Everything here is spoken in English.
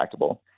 retractable